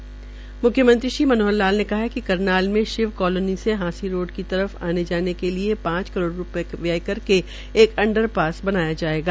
म्ख्यमंत्री श्री मनोहर लाल ने कहा है कि करनाल में शिव कालोनी से हांसी रोड की तरफ आने जाने के लिए पांच करोड़ व्यय करके अड़रपास बनाया जाएगा